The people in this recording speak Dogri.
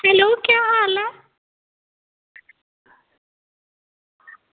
हैलो केह् हाल ऐ